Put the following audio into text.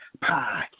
pie